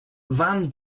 van